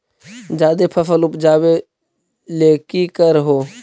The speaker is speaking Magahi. जादे फसल उपजाबे ले की कर हो?